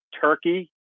Turkey